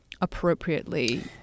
appropriately